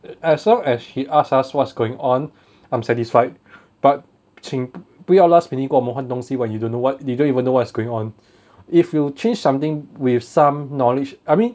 as long as she ask us what's going on I'm satisfied but 请不要 last minute 跟我们换东西 but you don't know what you don't even know what's going on if you change something with some knowledge I mean